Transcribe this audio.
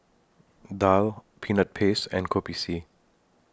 Daal Peanut Paste and Kopi C